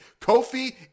Kofi